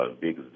big